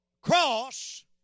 cross